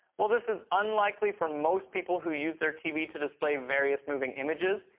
while this is unlikely for most people who use their tv to display various, moving images,